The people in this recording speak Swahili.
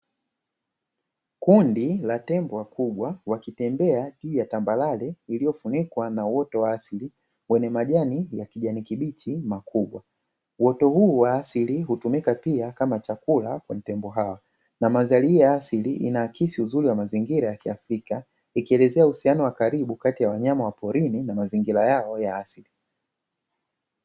Kundi la tembo wakubwa wakitembea juu ya tambarare, iliyofunikwa na uoto wa asili, wenye majani ya kijani kibichi makubwa. Uoto huu wa asili hutumika pia kama chakula kwa tembo hawa na mazalia asili inaakisi uzuri wa mazingira ya kiafrika, ikielezea uhusiano wa karibu kati ya wanyama wa porini na mazingira yao ya asili.